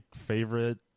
favorite